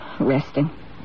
resting